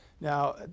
Now